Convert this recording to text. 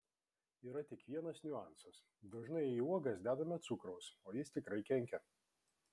yra tik vienas niuansas dažnai į uogas dedame cukraus o jis tikrai kenkia